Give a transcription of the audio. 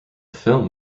film